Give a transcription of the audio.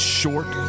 short